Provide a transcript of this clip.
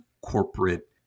corporate